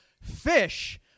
fish